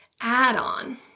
add-on